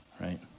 right